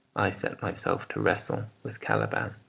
i set myself to wrestle with caliban.